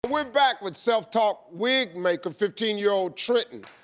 we're back with self taught wig maker fifteen year old trenton.